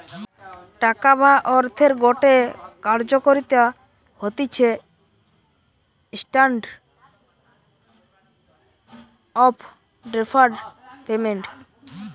টাকা বা অর্থের গটে কার্যকারিতা হতিছে স্ট্যান্ডার্ড অফ ডেফার্ড পেমেন্ট